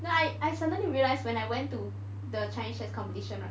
no I I suddenly realised when I went to the chinese chess competition right